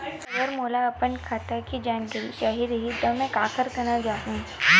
अगर मोला अपन खाता के जानकारी चाही रहि त मैं काखर करा जाहु?